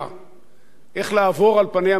איך לעבור על פניה מבלי שתשים לב.